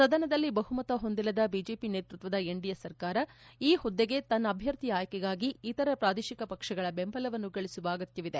ಸದನದಲ್ಲಿ ಬಹುಮತ ಹೊಂದಿಲ್ಲದ ಬಿಜೆಪಿ ನೇತೃತ್ವದ ಎನ್ಡಿಎ ಸರ್ಕಾರ ಈ ಹುದ್ದೆಗೆ ತನ್ನ ಅಭ್ದರ್ಥಿಯ ಆಯ್ಥಿಗಾಗಿ ಇತರ ಪ್ರಾದೇಶಿಕ ಪಕ್ಷಗಳ ಬೆಂಬಲವನ್ನು ಗಳಿಸುವ ಅಗತ್ತವಿದೆ